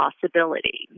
possibility